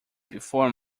before